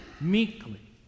meekly